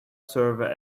server